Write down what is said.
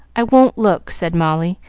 i won't look, said molly,